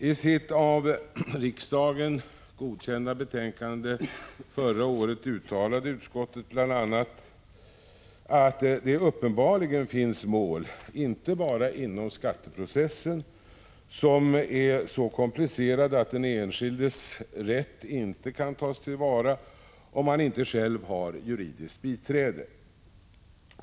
I sitt av riksdagen godkända betänkande förra året uttalade utskottet bl.a. att det uppenbarligen finns mål — inte bara inom skatteprocessen — som är så komplicerade att den enskildes rätt inte kan tas till vara om han inte har juridiskt biträde.